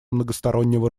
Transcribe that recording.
многостороннего